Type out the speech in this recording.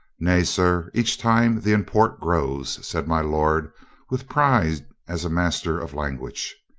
nay, sir, each time the import grows, said my lord with pride as a master of language.